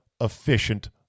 efficient